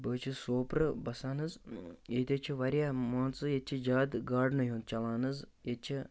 بہٕ حظ چھُس سوپرٕ بَسان حظ ییٚتہِ حظ چھِ واریاہ مان ژٕ ییٚتہِ چھِ زیادٕ گاڈنٕے ہُنٛد چَلان حظ ییٚتہِ چھِ